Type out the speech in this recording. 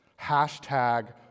hashtag